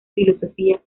filosofía